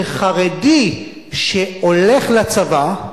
שחרדי שהולך לצבא,